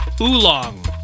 oolong